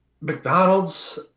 mcdonald's